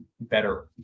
better